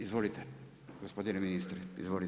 Izvolite gospodine ministre.